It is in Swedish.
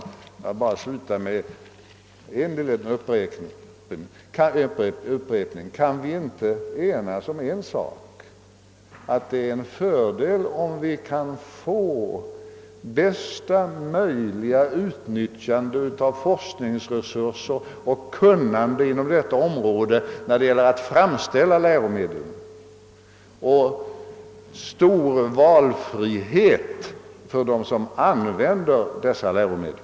Jag bara slutar med en liten upprepning: Kan vi inte ena oss om en sak, nämligen att det är en fördel, om vi kan få till stånd bästa möjliga utnyttjande av forskningsresurserna och kunnandet när det gäller att framställa läromedel och stor valfrihet för dem som kommer att använda dessa läromedel?